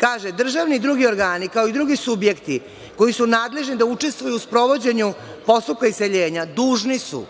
kaže – Državni i drugi organi, kao i drugi subjekti koji su nadležni da učestvuju u sprovođenju postupka iseljenja dužni su